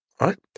right